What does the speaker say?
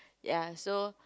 ya so